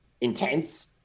intense